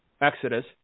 Exodus